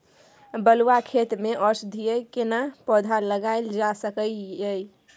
बलुआ खेत में औषधीय केना पौधा लगायल जा सकै ये?